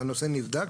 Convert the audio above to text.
והנושא נבדק,